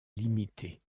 limitée